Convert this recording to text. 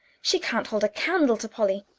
she can't hold a candle to polly!